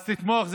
אז תתמוך.